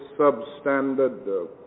substandard